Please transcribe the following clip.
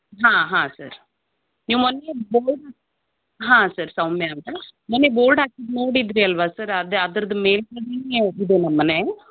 ಹಾಂ ಹಾಂ ಸರಿ ನೀವು ಮೊನ್ನೆ ಬೋರ ಹಾಂ ಸರ್ ಸೌಮ್ಯಾ ಅಂತ ಮೊನ್ನೆ ಬೋರ್ಡ್ ಹಾಕಿದ್ದು ನೋಡಿದ್ದಿರಿ ಅಲ್ವಾ ಸರ್ ಅದೇ ಅದರದ್ದು ಮೇಲುಗಡೆಯೇ ಇರೋದು ನಮ್ಮ ಮನೆ